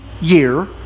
year